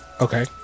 Okay